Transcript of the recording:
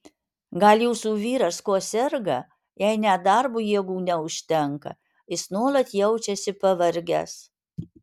gal jūsų vyras kuo serga jei net darbui jėgų neužtenka jis nuolat jaučiasi pavargęs